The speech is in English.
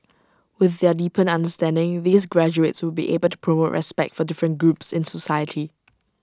with their deepened understanding these graduates would be able to promote respect for different groups in society